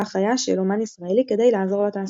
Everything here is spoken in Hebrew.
חיה של אמן ישראלי כדי לעזור לתעשייה.